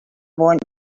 want